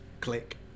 click